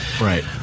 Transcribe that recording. Right